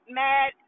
mad